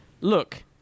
look